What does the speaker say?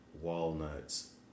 walnuts